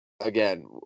Again